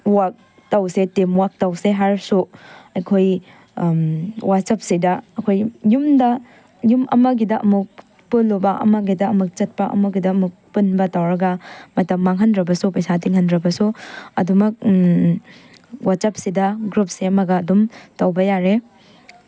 work ꯇꯧꯁꯦ team work ꯇꯧꯁꯦ ꯍꯥꯏꯔꯁꯨ ꯑꯩꯈꯣꯏ ꯋꯥꯆꯦꯞꯁꯤꯗ ꯑꯩꯈꯣꯏ ꯌꯨꯝꯗ ꯌꯨꯝ ꯑꯃꯒꯤꯗ ꯑꯃꯨꯛ ꯄꯨꯟꯂꯨꯕ ꯑꯃꯒꯤꯗ ꯑꯃꯨꯛ ꯆꯠꯄ ꯑꯃꯒꯤꯗ ꯑꯃꯨꯛ ꯄꯨꯟꯕ ꯇꯧꯔꯒ ꯃꯇꯝ ꯃꯥꯡꯍꯟꯗ꯭ꯔꯕꯁꯨ ꯄꯩꯁꯥ ꯇꯤꯡꯍꯟꯗ꯭ꯔꯕꯁꯨ ꯑꯗꯨꯃꯛ ꯋꯥꯆꯦꯞꯁꯤꯗ ꯒ꯭ꯔꯨꯞ ꯁꯦꯝꯃꯒ ꯑꯗꯨꯝ ꯇꯧꯕ ꯌꯥꯔꯦ